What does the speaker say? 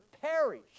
perish